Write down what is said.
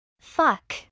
Fuck